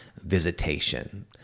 visitation